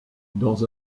dans